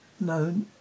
known